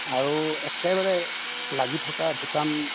আৰু একেবাৰে লাগি থকা ভূটান